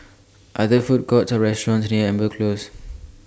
Are There Food Courts Or restaurants near Amber Close